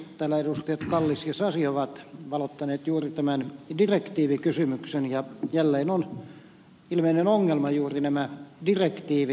täällä edustajat kallis ja sasi ovat valottaneet juuri tätä direktiivikysymystä ja jälleen on ilmeinen ongelma juuri nämä direktiivit